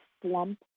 slump